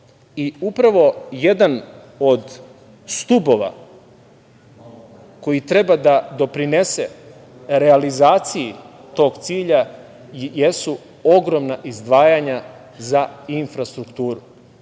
i upravo jedan od stubova koji treba da doprinese realizaciji tog cilja jesu ogromna izdvajanja za infrastrukturu.